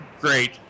great